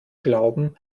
glauben